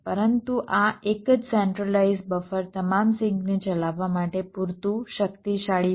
પરંતુ આ એક જ સેન્ટ્રલાઇઝ બફર તમામ સિંકને ચલાવવા માટે પૂરતું શક્તિશાળી છે